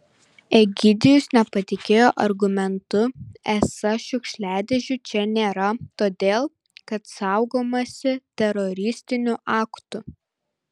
egidijus nepatikėjo argumentu esą šiukšliadėžių čia nėra todėl kad saugomasi teroristinių aktų